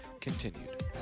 continued